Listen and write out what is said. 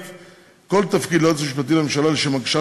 כל תפקיד ליועץ המשפטי לממשלה לשם הגשת